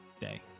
day